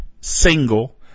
single